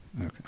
okay